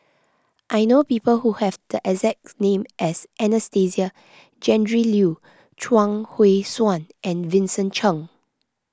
I know people who have the exact name as Anastasia Tjendri Liew Chuang Hui Tsuan and Vincent Cheng